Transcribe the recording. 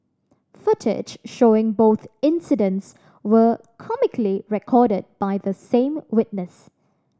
footage showing both incidents were comically recorded by the same witness